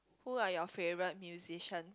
who are your favourite musician